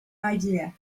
idea